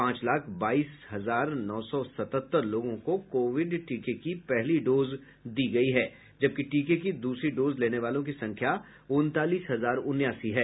पांच लाख बाईस हजार नौ सौ सतहत्तर लोगों को कोविड टीके की पहली डोज दी जा चुकी है जबकि टीके की दूसरी डोज लेने वालों की संख्या उनतालीस हजार उनासी है